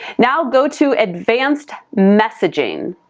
now, go to advanced messaging.